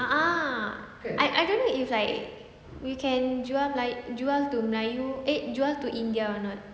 a'ah I I don't know if like we can jual like jual to melayu eh jual to india or not